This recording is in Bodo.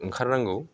ओंखारनांगौ